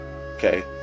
Okay